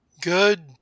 Good